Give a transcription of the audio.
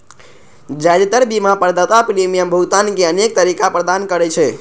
जादेतर बीमा प्रदाता प्रीमियम भुगतान के अनेक तरीका प्रदान करै छै